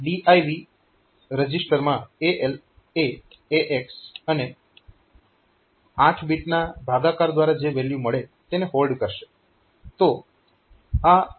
DIV reg માં AL એ AX અને 8 બીટના ભાગાકાર દ્વારા જે વેલ્યુ મળે તેને હોલ્ડ કરશે